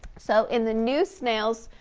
so in the new snails,